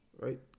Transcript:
right